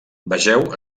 vegeu